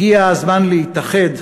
הגיע הזמן להתאחד,